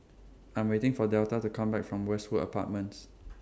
I'm waiting For Delta to Come Back from Westwood Apartments